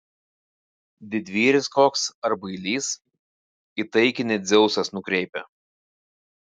didvyris koks ar bailys į taikinį dzeusas nukreipia